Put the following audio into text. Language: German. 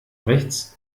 rechts